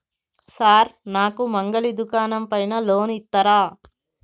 Sir నాకు మంగలి దుకాణం పైన లోన్ ఇత్తరా?